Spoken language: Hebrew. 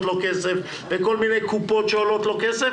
לו כסף וכל מיני קופות שעולות לו כסף,